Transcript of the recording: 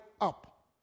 up